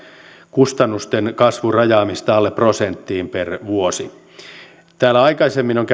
kustannusten kasvun rajaamista alle prosenttiin per vuosi aikaisemmin on on